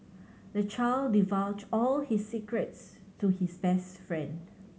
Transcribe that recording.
the child divulged all his secrets to his best friend